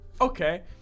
Okay